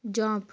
jump